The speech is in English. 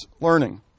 learning